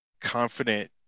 confident